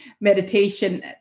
meditation